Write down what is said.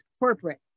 corporate